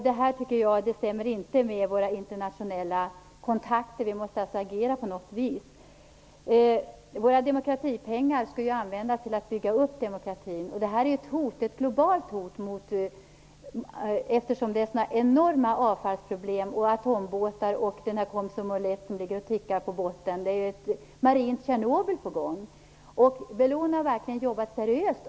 Det här tycker jag inte stämmer med våra internationella kontakter. Vi måste agera på något vis. Våra demokratipengar skall ju användas till att bygga upp demokratin. Det här är ett globalt hot, eftersom det rör sig om sådana enorma avfallsproblem, atombåtar och den här Komsomolets som ligger och tickar på botten. Det är ett marint Tjernobyl på gång! Bellona har verkligen jobbat seriöst.